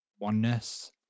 oneness